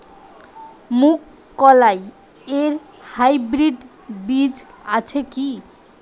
মুগকলাই এর হাইব্রিড বীজ আছে কি?